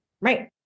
Right